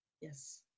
Yes